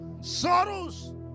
sorrows